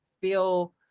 feel